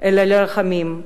אלא לרחמים.